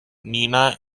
nina